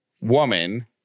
woman